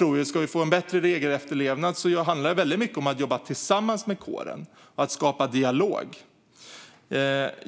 Om vi ska få bättre regelefterlevnad tror jag att det till stor del handlar om att jobba tillsammans med kåren och att skapa dialog.